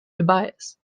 tobias